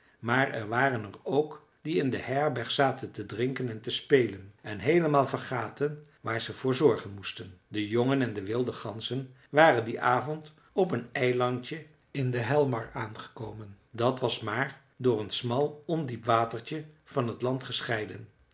maar er waren er ook die in de herberg zaten te drinken en te spelen en heelemaal vergaten waar ze voor zorgen moesten de jongen en de wilde ganzen waren dien avond op een eilandje in den hjälmar aangekomen dat was maar door een smal ondiep watertje van het land gescheiden